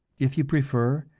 if you prefer,